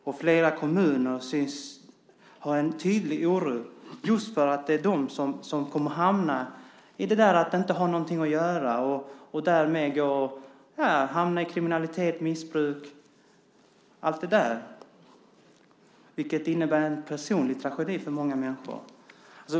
Och flera kommuner synes ha en tydlig oro just för att arbetslösa ungdomar som inte har något att göra hamnar i kriminalitet och missbruk, vilket innebär en personlig tragedi för många människor.